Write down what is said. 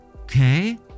okay